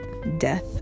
Death